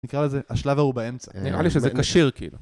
נקרא לזה השלב ההוא באמצע. נראה לי שזה קשיר כאילו.